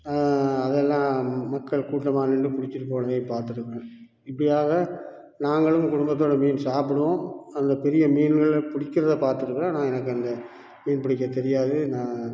அதெல்லாம் மக்கள் கூட்டமாக நின்று பிடிச்சிட்டு போனதையும் பார்த்துருக்குக்கேன் இப்படியாக நாங்களும் குடும்பத்தோட மீன் சாப்புடுவோம் அந்த பெரிய மீன்ங்கள பிடிக்கிறத பார்த்துருக்குறோம் நான் எனக்கு அந்த மீன் பிடிக்க தெரியாது நான்